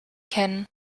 kennen